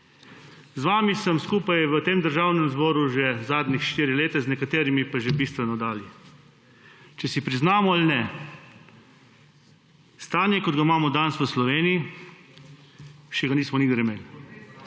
Z vami sem skupaj v Državnem zboru že zadnja štiri leta, z nekaterimi pa že bistveno dlje. Če si priznamo ali ne, stanja, kot ga imamo danes v Sloveniji, nismo še nikdar imeli.